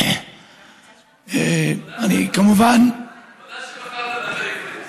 תודה שבחרת לדבר עברית.